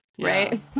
Right